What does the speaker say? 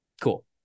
Cool